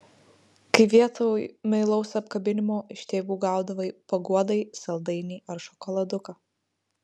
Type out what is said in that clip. kai vietoj meilaus apkabinimo iš tėvų gaudavo paguodai saldainį ar šokoladuką